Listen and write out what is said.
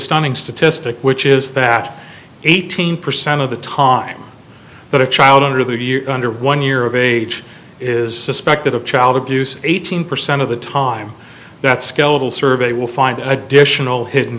stunning statistic which is that eighteen percent of the time that a child under the year under one year of age is the specter of child abuse eighteen percent of the time that skeletal survey will find additional hidden